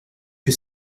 que